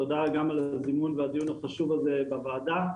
תודה גם על הזימון והדיון החשוב הזה בוועדת הכלכלה.